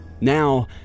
Now